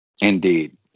Indeed